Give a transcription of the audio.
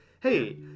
hey